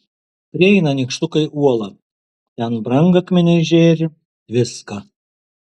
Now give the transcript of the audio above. prieina nykštukai uolą ten brangakmeniai žėri tviska